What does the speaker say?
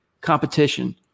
competition